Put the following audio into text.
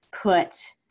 put